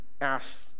ask